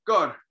God